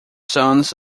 sons